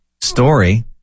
story